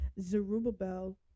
Zerubbabel